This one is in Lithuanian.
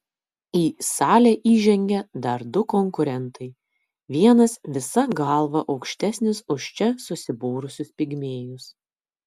į salę įžengia dar du konkurentai vienas visa galva aukštesnis už čia susibūrusius pigmėjus